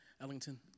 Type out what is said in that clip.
Ellington